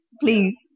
please